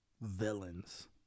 villains